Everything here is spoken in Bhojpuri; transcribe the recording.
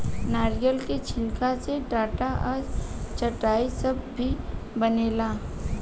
नारियल के छिलका से टाट आ चटाई सब भी बनेला